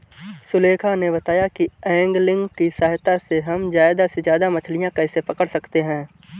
सुलेखा ने बताया कि ऐंगलिंग की सहायता से हम ज्यादा से ज्यादा मछलियाँ कैसे पकड़ सकते हैं